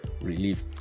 relief